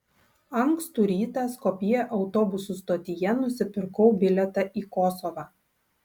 ankstų rytą skopjė autobusų stotyje nusipirkau bilietą į kosovą